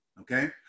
okay